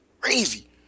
crazy